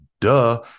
duh